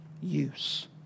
use